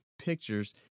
pictures